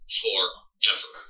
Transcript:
forever